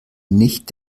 nicht